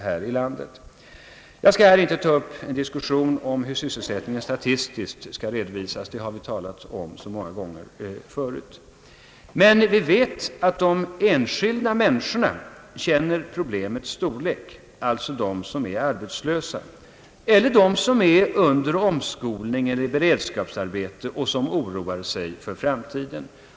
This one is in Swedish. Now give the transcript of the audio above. Jag tänker inte ta upp en diskussion om hur sysselsättningen statistiskt skall redovisas; den frågan har vi debatterat många gånger förut. Men vi vet att de enskilda människorna känner problemets storlek — alltså de arbetslösa, de som är under omskolning eller i beredskapsarbete och som oroar sig för framtiden.